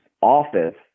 office